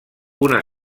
una